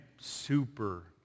super